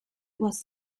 was